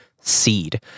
Seed